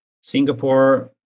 Singapore